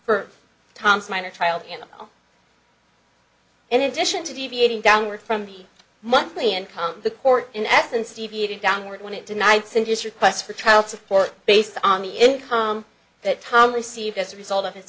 for tom's minor child and in addition to deviating downward from the monthly income the court in essence deviated downward when it denied cintas requests for child support based on the income that tom received as a result of his